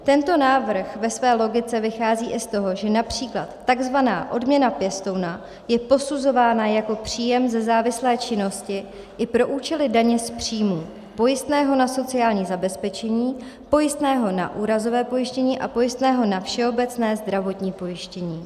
Tento návrh ve své logice vychází i z toho, že například tzv. odměna pěstouna je posuzována jako příjem ze závislé činnosti i pro účely daně z příjmů, pojistného na sociální zabezpečení, pojistného na úrazové pojištění a pojistného na všeobecné zdravotní pojištění.